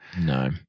No